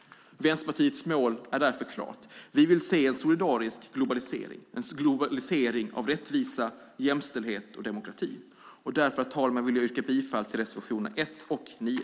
Vänsterpartiets mål är därför klart. Vi vill se en solidarisk globalisering av rättvisa, jämställdhet och demokrati. Därför vill jag yrka bifall till reservationerna 1 och 9.